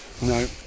No